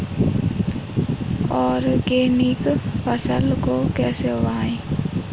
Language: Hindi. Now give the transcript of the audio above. ऑर्गेनिक फसल को कैसे उगाएँ?